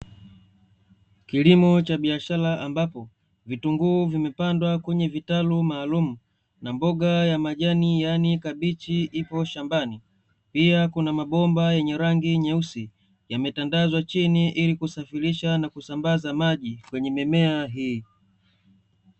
Kilimo cha biashara ambapo, vitunguu vimepandwa kwenye vitalu maalumu, na mboga ya majani yaani kabichi ipo shambani, pia kuna mabomba yenye rangi nyeusi, yametandazwa chini ili kusafirisha na kusambaza maji kwenye mimea hii.